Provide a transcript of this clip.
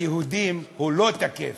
ליהודים הוא לא תקף,